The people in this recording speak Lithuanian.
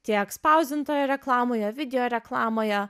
tiek spausdintoje reklamoje video reklamoje